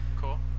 Cool